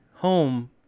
home